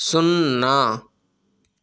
సున్నా